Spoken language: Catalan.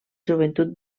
joventut